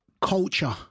Culture